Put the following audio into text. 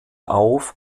auf